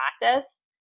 practice